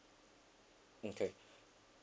okay